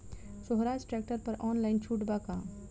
सोहराज tractor पर online छूट बा का?